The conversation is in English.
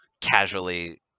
casually